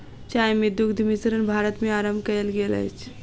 चाय मे दुग्ध मिश्रण भारत मे आरम्भ कयल गेल अछि